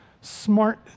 smart